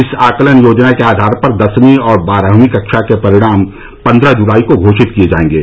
इस आंकलन योजना के आधार पर दसवीं और बारहवीं कक्षा के परिणाम पन्द्रह जुलाई को घोषित किए जाएंगे